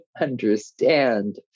understand